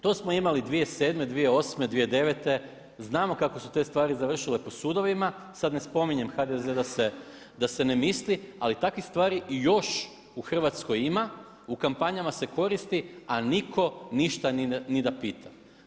To smo imali 2007., 2008., 2009. znamo kako su te stvari završile po sudovima, sada ne spominjem HDZ da se ne misli, ali takvih stvari još u Hrvatskoj ima u kampanjama se koristi, a niko ništa ni da pita.